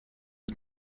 que